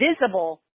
visible